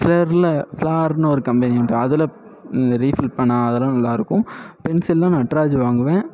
ஃப்ளர்ல ஃப்ளார்னு ஒரு கம்பெனி இருந்தது அதில் ரீஃபில் பேனா அதெலாம் நல்லா இருக்கும் பென்சில்ல நட்ராஜ் வாங்குவேன்